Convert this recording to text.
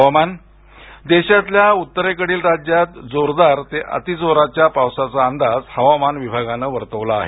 हवामान देश्यातल्या उत्तरेकडील राज्यात जोरदार ते अति जोराच्या पावसाचा अंदाज हवामान विभागान वर्तवला आहे